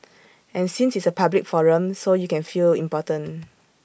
and since it's A public forum so you can feel important